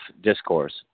discourse